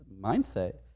mindset